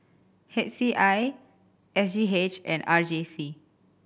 H C I S G H and R J C